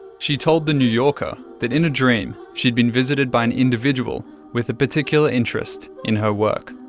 she told the new yorker that in a dream she'd been visited by an individual with a particular interest in her work.